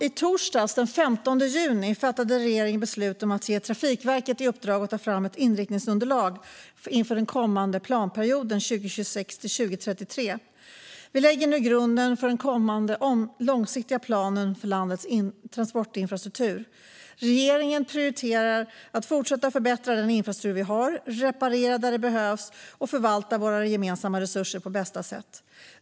I torsdags, den 15 juni, fattade regeringen beslut om att ge Trafikverket i uppdrag att ta fram ett inriktningsunderlag inför den kommande planperioden 2026-2033. Vi lägger nu grunden för den kommande långsiktiga planen för landets transportinfrastruktur. Regeringen prioriterar att fortsätta förbättra den infrastruktur som finns, reparera där det behövs och förvalta de gemensamma resurserna på bästa sätt.